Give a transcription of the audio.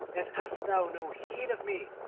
yet hadst thou no heed of me.